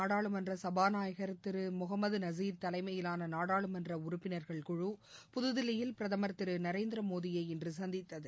நாடாளுமன்ற சபாநாயகர் திரு முஹமது நசீர் தலைமையிலான நாடாளுமன்ற மாலத்தீவு உறுப்பினர்கள் குழு புதுதில்லியில் பிரதமர் திரு நரேந்திர மோடியை இன்று சந்தித்தது